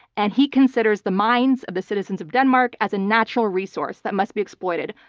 and he considers the minds of the citizens of denmark as a natural resource that must be exploited.